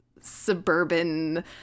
suburban